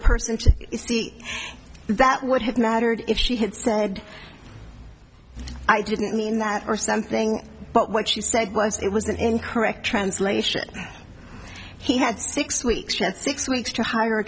person that would have mattered if she had said i didn't mean that or something but what she said was it was an incorrect translation he had six weeks and six weeks to hire a